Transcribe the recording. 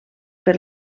per